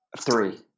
Three